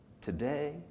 today